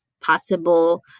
possible